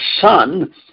son